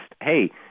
Hey